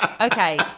Okay